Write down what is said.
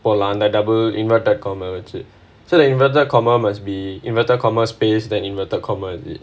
போடலாம் அந்த:podalaam antha double inverted comma வச்சு:vachu so the inverted comma must be inverted comma space than inverted comma is it